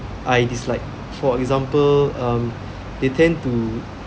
I dislike for example um they tend to